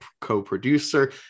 co-producer